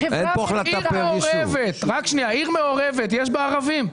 עיר מעורבת, יש בה ערבים?